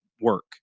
work